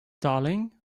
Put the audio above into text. darling